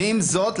עם זאת,